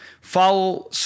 follow